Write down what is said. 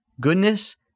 goodness